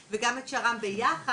מתחילים מזה שצריך לייצר סוג של